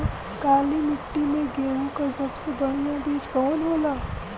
काली मिट्टी में गेहूँक सबसे बढ़िया बीज कवन होला?